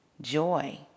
Joy